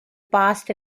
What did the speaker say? passed